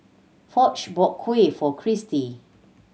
Foch bought Kuih for Cristi